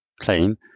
claim